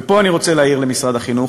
ופה אני רוצה להעיר למשרד החינוך,